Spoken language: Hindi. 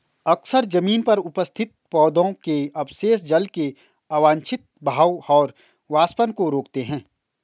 अक्सर जमीन पर उपस्थित पौधों के अवशेष जल के अवांछित बहाव और वाष्पन को रोकते हैं